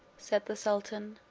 said the sultan,